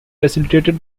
facilitated